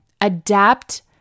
adapt